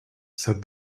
said